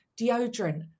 deodorant